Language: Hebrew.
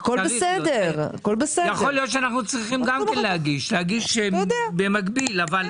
יכול להיות שאנחנו גם צריכים להגיש במקביל, אבל